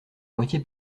moitié